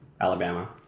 alabama